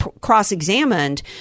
cross-examined